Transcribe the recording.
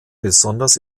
besonders